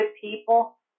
people